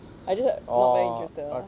I just not very interested ah